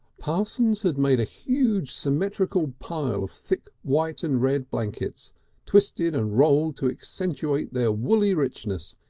parsons had made a huge symmetrical pile of thick white and red blankets twisted and rolled to accentuate their woolly richness,